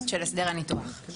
של הסדר הניתוח.